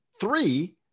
three